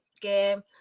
game